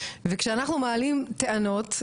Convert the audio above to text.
וכשאנחנו מעלים טענות,